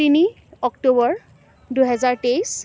তিনি অক্টোবৰ দুহেজাৰ তেইছ